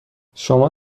شما